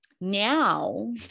Now